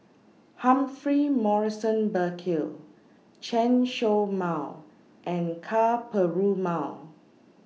Humphrey Morrison Burkill Chen Show Mao and Ka Perumal